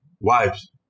wives